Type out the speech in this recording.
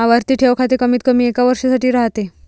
आवर्ती ठेव खाते कमीतकमी एका वर्षासाठी राहते